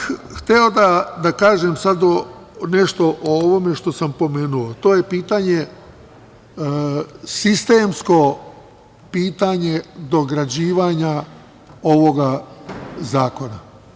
Hteo bih da kažem sad nešto o ovome što sam pomenuo, a to je sistemsko pitanje dograđivanja ovog zakona.